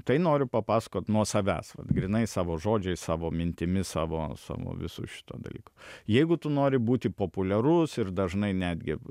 tai noriu papasakot nuo savęs vat grynai savo žodžiais savo mintimis savo savo visu šituo dalyku jeigu tu nori būti populiarus ir dažnai netgi